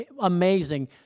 amazing